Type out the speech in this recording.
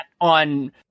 on